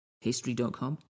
History.com